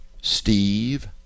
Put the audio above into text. steve